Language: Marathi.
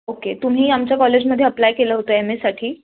ओके तुम्ही आमच्या कॉलेजमधे अप्लाय केलं होतं एम एसाठी